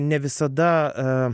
ne visada